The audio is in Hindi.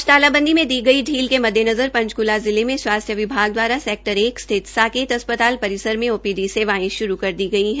आज तालाबंदी में दी गई शील के मद्देनज़र पंचकूला जिले में स्वास्थ्य विभाग दवारा सेक्टर एक स्थित साकेत अस्पताल परिसर में ओपीडी सेवायें श्रू कर दी है